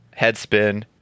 Headspin